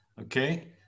Okay